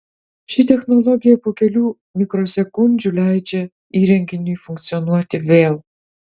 ši technologija po kelių mikrosekundžių leidžia įrenginiui funkcionuoti vėl